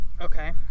Okay